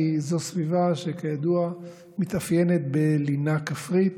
כי זאת סביבה שכידוע מתאפיינת בלינה כפרית.